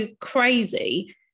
crazy